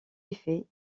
effet